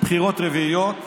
לבחירות רביעיות.